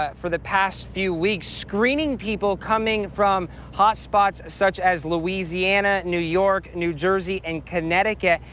up. for the past few weeks screening people coming from hot spots such as louisiana, new york, new jersey and connecticut.